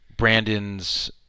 Brandon's